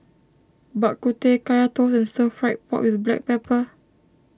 Bak Kut Teh Kaya Toast and Stir Fried Pork with Black Pepper